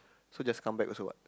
so just come back also what